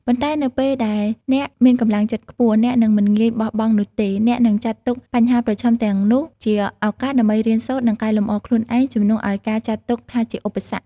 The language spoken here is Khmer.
ប៉ុន្តែនៅពេលដែលអ្នកមានកម្លាំងចិត្តខ្ពស់ អ្នកនឹងមិនងាយបោះបង់នោះទេ។ អ្នកនឹងចាត់ទុកបញ្ហាប្រឈមទាំងនោះជាឱកាសដើម្បីរៀនសូត្រ និងកែលម្អខ្លួនឯង ជំនួសឱ្យការចាត់ទុកថាជាឧបសគ្គ។